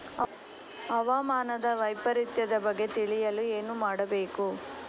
ಹವಾಮಾನ ವೈಪರಿತ್ಯದ ಬಗ್ಗೆ ತಿಳಿಯಲು ಏನು ಮಾಡಬೇಕು?